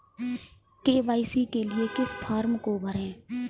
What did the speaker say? ई KYC के लिए किस फ्रॉम को भरें?